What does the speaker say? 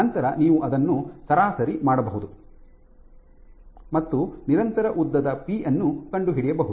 ನಂತರ ನೀವು ಅದನ್ನು ಸರಾಸರಿ ಮಾಡಬಹುದು ಮತ್ತು ನಿರಂತರ ಉದ್ದದ ಪಿ ಅನ್ನು ಕಂಡುಹಿಡಿಯಬಹುದು